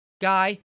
guy